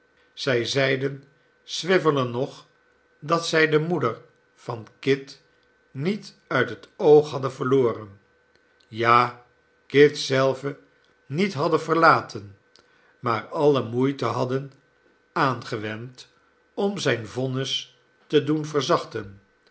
zij zeiden swiveller nog dat zij de moeder van kit niet uit het oog hadden verloren ja kit zelven niet hadden verlaten maar alle moeite hadden aangewend om zijn vonnis te doen